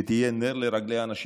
שתהיה נר לרגלי אנשים.